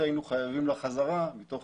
היינו חייבים לה 2,600,000 שקל חזרה מתוך